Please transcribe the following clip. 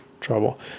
trouble